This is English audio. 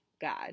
God